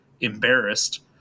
embarrassed